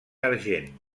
argent